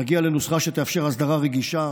נגיע לנוסחה שתאפשר הסדרה רגישה,